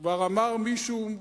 כבר אמר מישהו: